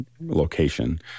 location